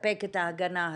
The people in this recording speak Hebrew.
לספק את ההגנה הזו.